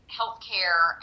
healthcare